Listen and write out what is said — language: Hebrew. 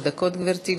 שלוש דקות, גברתי,